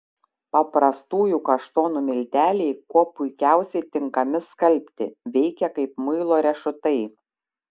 paprastųjų kaštonų milteliai kuo puikiausiai tinkami skalbti veikia kaip muilo riešutai